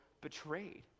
betrayed